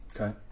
Okay